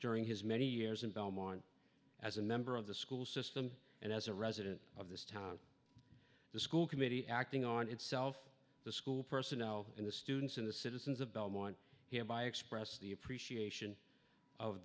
during his many years in belmont as a member of the school system and as a resident of this town the school committee acting on itself the school personnel in the students in the citizens of belmont here by express the appreciation of